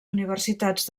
universitats